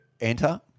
enter